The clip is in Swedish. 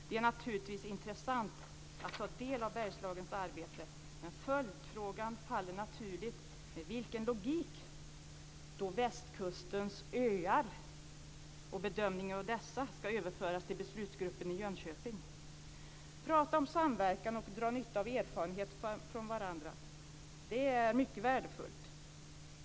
Det är naturligtvis intressant att ta del av Bergslagens arbete, men följdfrågan faller naturligt: Med vilken logik ska då västkustens öar och bedömningen av dessa överföras till beslutsgruppen i Jönköping? Att prata om samverkan och dra nytta av varandras erfarenheter är mycket värdefullt.